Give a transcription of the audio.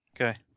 okay